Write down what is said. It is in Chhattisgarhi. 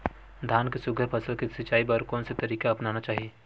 धान के सुघ्घर फसल के सिचाई बर कोन से तरीका अपनाना चाहि?